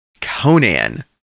Conan